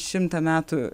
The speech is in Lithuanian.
šimtą metų